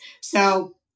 So-